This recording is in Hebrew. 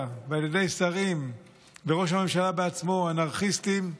ועל ידי שרים וראש הממשלה בעצמו "אנרכיסטים".